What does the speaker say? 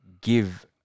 give